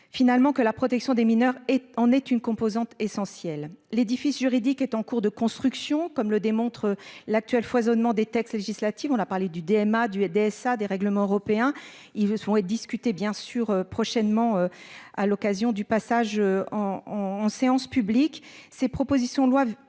Finalement que la protection des mineurs et en est une composante essentielle l'édifice juridique est en cours de construction, comme le démontre l'actuel foisonnement des textes législatifs, on a parlé du DMA du DSA des règlements européens, il veut son et discuter bien sûr prochainement à l'occasion du passage. En en séance publique. Ces propositions doivent